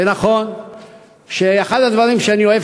ונכון שאחד הדברים שאני אוהב,